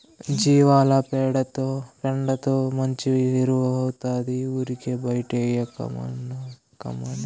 జీవాల పెండతో మంచి ఎరువౌతాది ఊరికే బైటేయకమ్మన్నీ